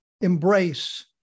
embrace